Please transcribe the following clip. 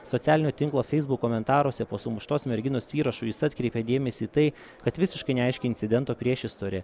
socialinio tinklo feisbuk komentaruose po sumuštos merginos įrašu jis atkreipia dėmesį į tai kad visiškai neaiški incidento priešistorė